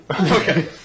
Okay